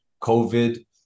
COVID